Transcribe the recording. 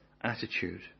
attitude